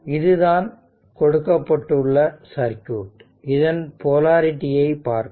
இதுதான் கொடுக்கப்பட்டுள்ள சர்க்யூட் இதன் போலரிடி ஐ பார்க்கவும்